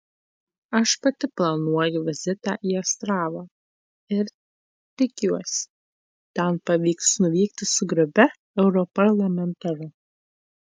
aš pati planuoju vizitą į astravą ir tikiuosi ten pavyks nuvykti su grupe europarlamentarų